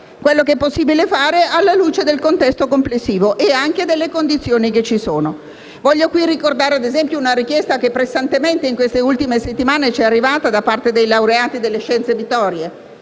quello che è possibile fare alla luce del contesto complessivo e delle condizioni esistenti. Voglio qui ricordare, ad esempio, una richiesta che pressantemente in queste ultime settimane ci è arrivata da parte dei laureati delle scienze motorie.